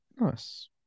Nice